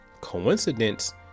Coincidence